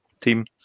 team